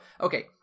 okay